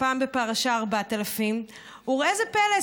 הפעם בפרשת 4000. וראה זה פלא,